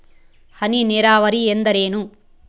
ಹನಿ ನೇರಾವರಿ ಎಂದರೇನು?